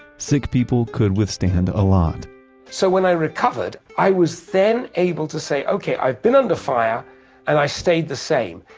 sick people could withstand a lot so when i recovered i was then able to say, okay, i've been under fire and i stayed the same.